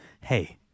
hey